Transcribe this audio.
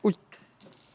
we